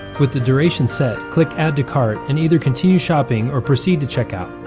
with the duration set, click add to cart and either continue shopping or proceed to checkout.